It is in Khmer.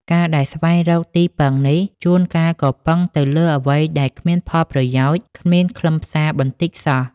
ការដែលស្វែងរកទីពឹងនេះ ជួនកាលក៏ពឹងទៅលើអ្វីដែលគ្មានផលប្រយោជន៍គ្មានខ្លឹមសារបន្តិចសោះ ។